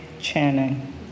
Channing